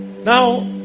Now